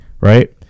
Right